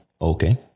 Okay